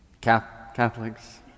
Catholics